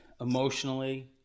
emotionally